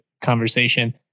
conversation